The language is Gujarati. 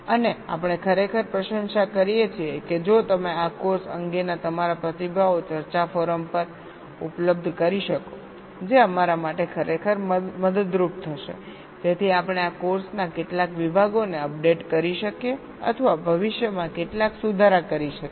અને આપણે ખરેખર પ્રશંસા કરીએ છીએ કે જો તમે આ કોર્સ અંગેના તમારા પ્રતિભાવો ચર્ચા ફોરમ પર ઉપલબ્ધ કરી શકો જે અમારા માટે ખરેખર મદદરૂપ થશે જેથી આપણે આ કોર્સના કેટલાક વિભાગોને અપડેટ કરી શકીએ અથવા ભવિષ્યમાં કેટલાક સુધારા કરી શકીએ